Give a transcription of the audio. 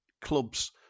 clubs